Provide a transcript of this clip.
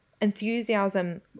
enthusiasm